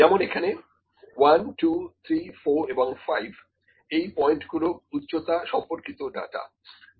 যেমন এখানে 1234 এবং 5 এই পয়েন্ট গুলো উচ্চতা সম্পর্কিত ডাটা